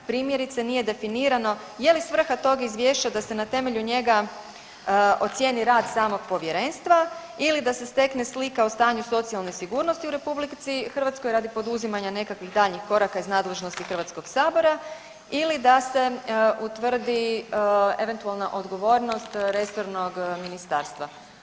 Primjerice, nije definirano je li svrha tog izvješća da se na temelju njega ocijeni rad samog Povjerenstva ili da se stekne slika o stanju socijalne sigurnosti u RH radi poduzimanja nekakvih daljnjih koraka iz nadležnosti HS-a ili da se utvrdi eventualna odgovornost resornog ministarstva.